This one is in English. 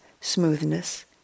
smoothness